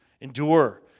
endure